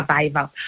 survival